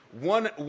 One